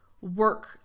work